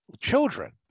children